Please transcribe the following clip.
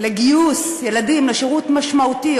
לגיוס ילדים לשירות משמעותי.